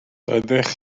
doeddech